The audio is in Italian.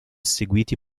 seguiti